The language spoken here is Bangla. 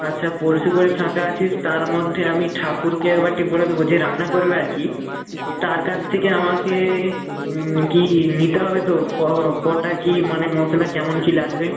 আচ্ছা পরশু করে ফাঁকা আছিস তার মধ্যে আমি ঠাকুরকে একবারটি বলে দেব যে রান্না করবে আর কি তার কাস থেকে আমাকে কি নিতে হবে তো কটা কি মানে মশলা কেমন কি লাগবে